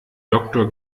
doktor